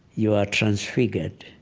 you are transfigured.